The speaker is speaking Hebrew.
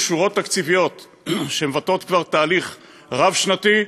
שורות תקציביות שמבטאות כבר תהליך רב-שנתי,